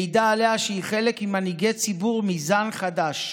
מעידה עליה שהיא חלק ממנהיגי ציבור מזן חדש,